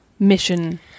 Mission